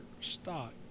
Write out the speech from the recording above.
stock